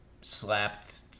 slapped